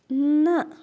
نہ